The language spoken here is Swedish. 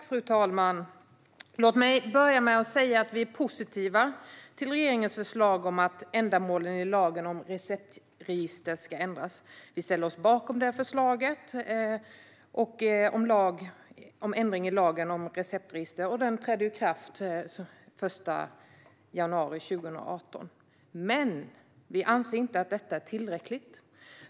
Fru talman! Vi är positiva till regeringens förslag om att ändamålen i lagen om receptregister ska ändras. Vi ställer oss bakom förslaget till lag om ändring i lagen om receptregister som kommer att träda i kraft den 1 januari 2018. Vi anser dock att det är otillräckligt.